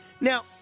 Now